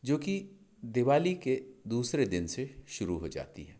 जो की दिवाली के दूसरे दिन से शुरू हो जाती है